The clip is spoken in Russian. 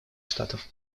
штатов